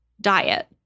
diet